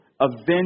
avenge